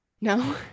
No